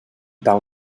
tal